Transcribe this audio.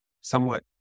somewhat